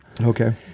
Okay